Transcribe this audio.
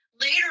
Later